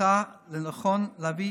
מצאה לנכון להביא